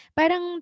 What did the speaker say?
parang